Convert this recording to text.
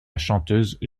chanteuse